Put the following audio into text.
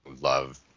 love